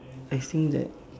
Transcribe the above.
I think that